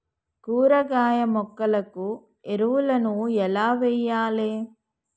కూరగాయ మొక్కలకు ఎరువులను ఎలా వెయ్యాలే?